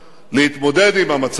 להתמודד עם המצב הזה